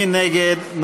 מי נגד?